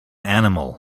animal